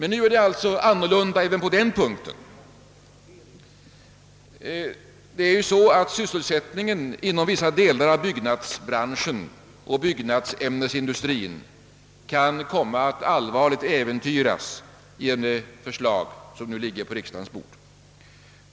Nu är det alltså annorlunda även på den punkten. Sysselsättningen inom vissa delar av byggnadsbranschen och byggnadsämnesindustrien kan komma att allvarligt äventyras genom det förslag som ligger på riksdagens bord.